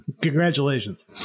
Congratulations